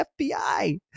FBI